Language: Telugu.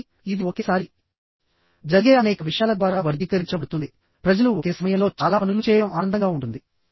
కాబట్టి ఇది ఒకేసారి జరిగే అనేక విషయాల ద్వారా వర్గీకరించబడుతుంది ప్రజలు ఒకే సమయంలో చాలా పనులు చేయడం ఆనందంగా ఉంటుంది